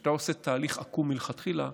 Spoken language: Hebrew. וכשאתה עושה תהליך עקום מלכתחילה,